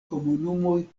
komunumoj